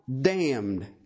Damned